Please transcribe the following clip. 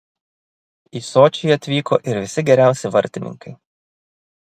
į sočį atvyko ir visi geriausi vartininkai